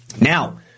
now